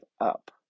up